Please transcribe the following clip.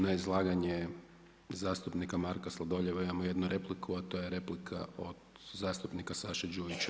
Na izlaganje zastupnika Marka Sladoljeva imamo jednu repliku, a to je replika od zastupnika Saše Đujića.